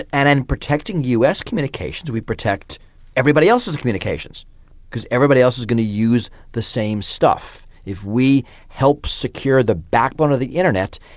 and in protecting us communications we protect everybody else's communications because everybody else is going to use the same stuff. if we help secure the backbone of the internet,